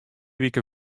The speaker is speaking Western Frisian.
wike